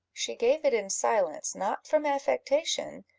she gave it in silence, not from affectation,